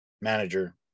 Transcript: manager